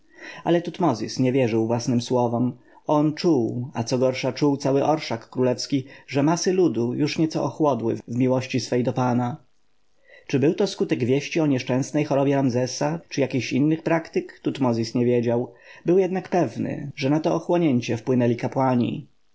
ale tutmozis nie wierzył własnym słowom on czuł a co gorsza czuł cały orszak królewski że masy ludu już nieco ochłodły w miłości swej do pana czy był to skutek wieści o nieszczęsnej chorobie ramzesa czy jakich innych praktyk tutmozis nie wiedział był jednak pewny że na to ochłodnięcie wpłynęli kapłani